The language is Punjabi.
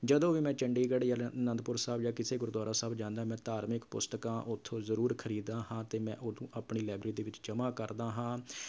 ਜਦੋਂ ਵੀ ਮੈਂ ਚੰਡੀਗੜ੍ਹ ਜਾਂ ਅਨ ਅਨੰਦਪੁਰ ਸਾਹਿਬ ਜਾਂ ਕਿਸੇ ਗੁਰਦੁਆਰਾ ਸਾਹਿਬ ਜਾਂਦਾ ਮੈਂ ਧਾਰਮਿਕ ਪੁਸਤਕਾਂ ਉੱਥੋਂ ਜ਼ਰੂਰ ਖਰੀਦਦਾ ਹਾਂਂ ਅਤੇ ਮੈਂ ਉਹਨੂੰ ਆਪਣੀ ਲਾਇਬ੍ਰੇਰੀ ਦੇ ਵਿੱਚ ਜਮ੍ਹਾਂ ਕਰਦਾ ਹਾਂ